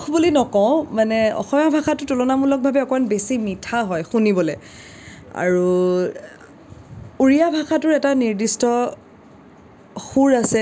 মানে অসমীয়া ভাষাটো তুলনামূলকভাৱে অকণমান বেছি মিঠা হয় শুনিবলৈ আৰু উৰিয়া ভাষাটোৰ নিৰ্দিষ্ট সুৰ আছে